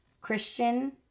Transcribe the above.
christian